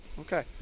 Okay